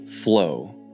flow